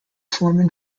foreman